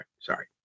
Sorry